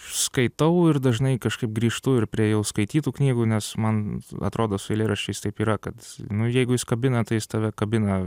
skaitau ir dažnai kažkaip grįžtu ir prie jau skaitytų knygų nes man atrodo su eilėraščiais taip yra kad nu jeigu jis kabina tai jis tave kabina